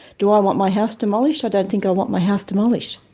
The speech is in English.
do i want my house demolished? i don't think i want my house demolished.